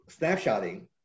snapshotting